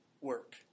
work